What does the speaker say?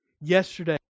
yesterday